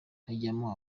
hajyamo